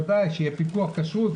ודאי, שיהיה פיקוח כשרות.